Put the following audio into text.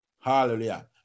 Hallelujah